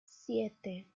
siete